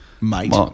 mate